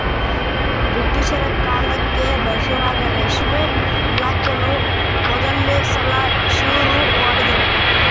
ಬ್ರಿಟಿಷರ ಕಾಲ್ದಗ ಮೈಸೂರಾಗ ರೇಷ್ಮೆ ಇಲಾಖೆನಾ ಮೊದಲ್ನೇ ಸಲಾ ಶುರು ಮಾಡಿದ್ರು